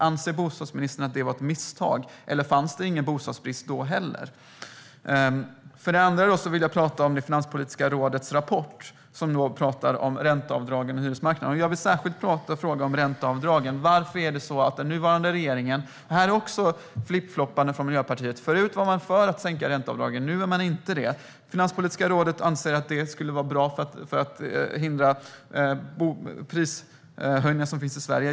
Anser bostadsministern att det var ett misstag, eller fanns det ingen bostadsbrist då heller? Jag vill också ta upp Finanspolitiska rådets rapport som handlar om ränteavdragen på hyresmarknaden. Jag vill särskilt fråga om ränteavdragen, för här är det också flipp-floppande från Miljöpartiets sida. Förut var man för att sänka ränteavdragen, men nu är man inte det. Finanspolitiska rådet anser att det skulle vara bra för att hindra prishöjningarna i Sverige.